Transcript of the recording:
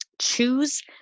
choose